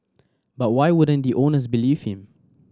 but why wouldn't the owners believe him